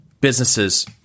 businesses